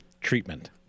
treatment